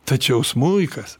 tačiau smuikas